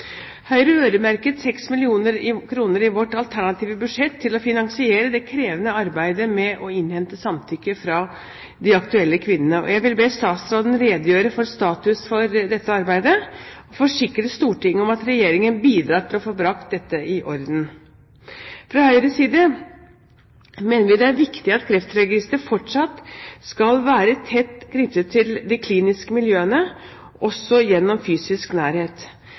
Høyre øremerket 6 mill. kr i vårt alternative budsjett til å finansiere det krevende arbeidet med å innhente samtykke fra de aktuelle kvinnene. Jeg vil be statsråden redegjøre for status for dette arbeidet og forsikre Stortinget om at Regjeringen bidrar til å få brakt dette i orden. Fra Høyres side mener vi det er viktig at Kreftregisteret fortsatt skal være tett knyttet til de kliniske miljøene også gjennom fysisk nærhet.